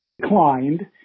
declined